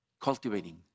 cultivating